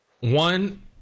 one